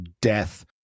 death